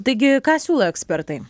taigi ką siūlo ekspertai